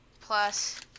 plus